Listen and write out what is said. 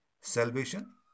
Salvation